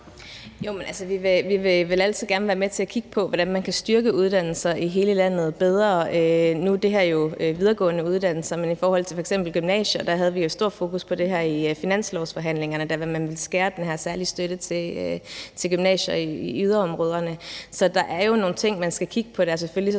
Vi vil altid gerne være med til at kigge på, hvordan man kan styrke uddannelser i hele landet bedre. Nu er det her jo videregående uddannelser, men i forhold til f.eks. gymnasier havde vi et stort fokus på det her i finanslovsforhandlingerne, da man ville skærpe den her særlige støtte til gymnasier i yderområderne. Så der er jo nogle ting, man skal kigge på, men selvfølgelig